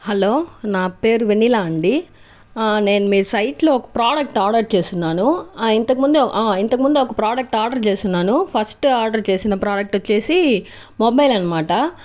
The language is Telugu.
హలో నా పేరు వెన్నెల అండీ నేను మీ సైటులో ఒక ప్రోడక్ట్ ఆర్డర్ చేసి ఉన్నాను ఇంతకు ముందు ఇంతకు ముందు ఒక ప్రోడక్ట్ ఆర్డర్ చేసి ఉన్నాను ఫస్ట్ ఆర్డర్ చేసిన ప్రోడక్ట్ వచ్చేసి మొబైల్ అన్నమాట